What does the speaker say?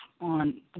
on